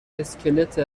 اسکلت